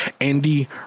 Andy